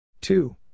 Two